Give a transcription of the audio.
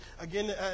Again